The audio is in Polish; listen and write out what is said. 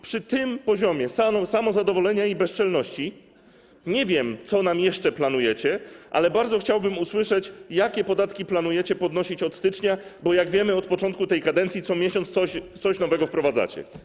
Przy tym poziomie państwa samozadowolenia i bezczelności trudno przewidzieć, co nam jeszcze planujecie, ale bardzo chciałbym usłyszeć, jakie podatki planujecie podnosić od stycznia, bo jak wiemy, od początku tej kadencji co miesiąc coś nowego wprowadzacie.